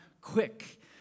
quick